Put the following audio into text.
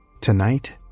Tonight